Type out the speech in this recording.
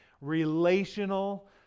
relational